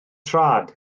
traed